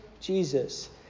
Jesus